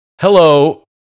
Hello